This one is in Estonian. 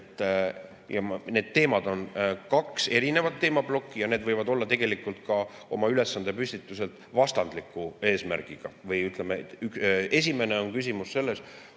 Need on kaks erinevat teemaplokki ja need võivad olla tegelikult ka oma ülesande püstituselt vastandliku eesmärgiga. Ütleme, et esimene on küsimus sellest,